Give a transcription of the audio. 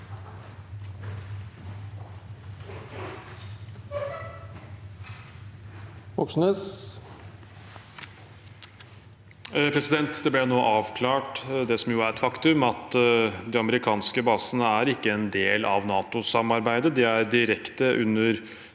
er et fak- tum, ble nå avklart – at de amerikanske basene ikke er en del av NATO-samarbeidet. De er direkte under